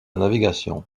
navigation